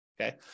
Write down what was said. okay